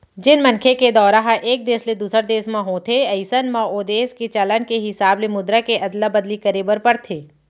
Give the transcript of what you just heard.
जेन मनखे के दौरा ह एक देस ले दूसर देस म होथे अइसन म ओ देस के चलन के हिसाब ले मुद्रा के अदला बदली करे बर परथे